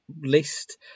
list